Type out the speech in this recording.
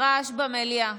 יש הרבה מאוד רעש במליאה,